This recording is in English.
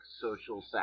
social